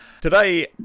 Today